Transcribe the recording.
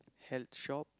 hat shop